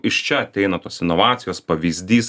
iš čia ateina tos inovacijos pavyzdys